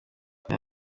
aya